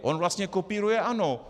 On vlastně kopíruje ANO.